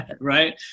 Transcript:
Right